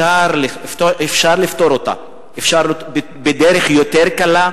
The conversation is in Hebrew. אפשר לפתור אותה בדרך יותר קלה,